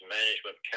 management